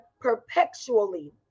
perpetually